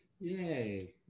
yay